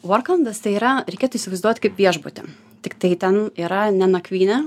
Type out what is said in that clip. vorklandas tai yra reikėtų įsivaizduot kaip viešbutį tiktai ten yra ne nakvynė